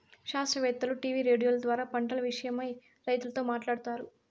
శాస్త్రవేత్తలు టీవీ రేడియోల ద్వారా పంటల విషయమై రైతులతో మాట్లాడుతారు